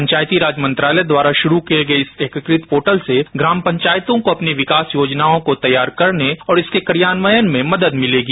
पंचायती राज मंत्रालय द्वारा श्रू किए गए इस एकीकृत पोर्टल से ग्राम पंचायतों को अपनी विकास योजनाओं को तैयार करने और इसके क्रियान्वयन में मदद मिलेगी